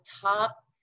top